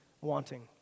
wanting